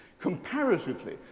comparatively